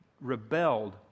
rebelled